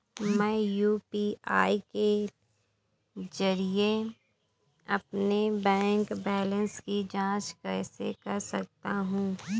मैं यू.पी.आई के जरिए अपने बैंक बैलेंस की जाँच कैसे कर सकता हूँ?